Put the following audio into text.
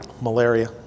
malaria